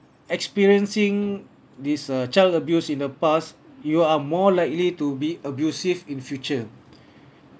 experiencing this uh child abuse in the past you are more likely to be abusive in future